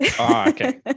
okay